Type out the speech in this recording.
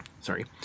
Sorry